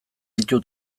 ditu